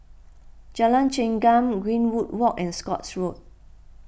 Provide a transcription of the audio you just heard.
Jalan Chengam Greenwood Walk and Scotts Road